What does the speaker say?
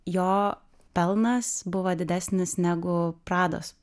jo pelnas buvo didesnis negu prados